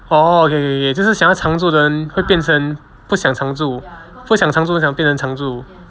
orh okay okay okay 就是想要长住的人会变成不想长住不想长住的想变成长住